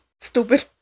Stupid